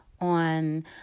on